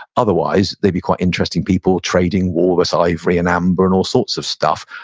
otherwise, they'd be quite interesting people trading walrus ivory and amber and all sorts of stuff.